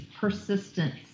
persistence